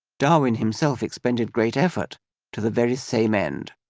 darwin himself expended great effort to the very same end.